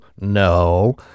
No